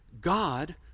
God